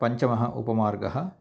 पञ्चमः उपमार्गः